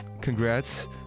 congrats